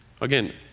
again